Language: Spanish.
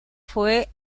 fue